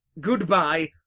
Goodbye